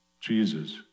Jesus